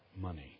money